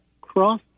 cross